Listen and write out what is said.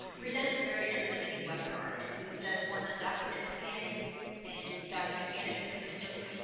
presents a very entertaining webinar and he does one on document scanning and document management systems.